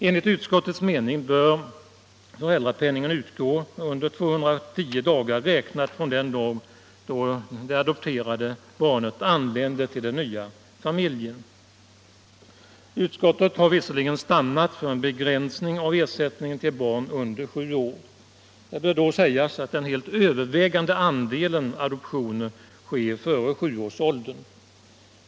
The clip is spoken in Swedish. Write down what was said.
Enligt utskottets mening bör föräldrapenningen utgå under 210 dagar räknat från den dag då det adopterade barnet anländer till den nya familjen. Utskottet har visserligen stannat för en begränsning av ersättningen till barn under sju år. Det bör då sägas att den helt övervägande andelen adoptioner sker före sjuårsåldern.